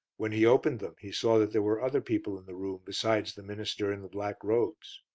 when he opened them he saw that there were other people in the room besides the minister in the black robes.